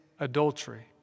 Adultery